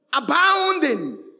Abounding